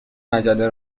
مجله